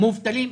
מובטלים.